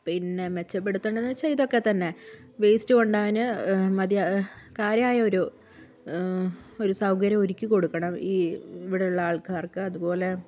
പിന്നെ മെച്ചപ്പെടുത്തേണ്ടതെന്ന് വെച്ചാൽ ഇതൊക്കെത്തന്നെ വേസ്റ്റ് കൊണ്ടുപോവാൻ മതി കാര്യമായൊരു ഒരു സൗകര്യം ഒരുക്കി കൊടുക്കണം ഈ ഇവിടുള്ള ആൾക്കാർക്ക് അതുപോലെ